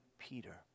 Peter